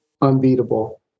unbeatable